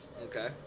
Okay